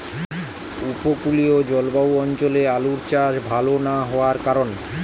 উপকূলীয় জলবায়ু অঞ্চলে আলুর চাষ ভাল না হওয়ার কারণ?